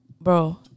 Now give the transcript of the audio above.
Bro